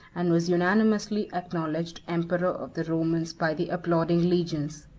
and was unanimously acknowledged emperor of the romans by the applauding legions.